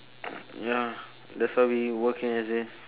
ya that's why we working as if